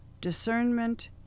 Discernment